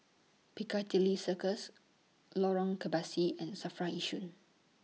Piccadilly Circus Lorong Kebasi and SAFRA Yishun